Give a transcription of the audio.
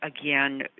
again